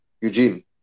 Eugene